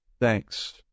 thanks